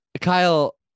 Kyle